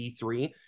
E3